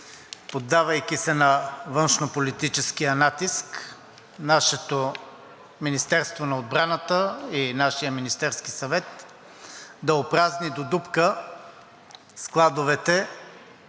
поддавайки се на външнополитическия натиск, нашето Министерство на отбраната и нашият Министерски съвет да опразни до дупка складовете,